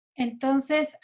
Entonces